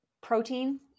Protein